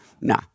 Nah